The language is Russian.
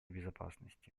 безопасности